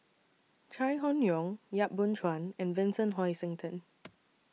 Chai Hon Yoong Yap Boon Chuan and Vincent Hoisington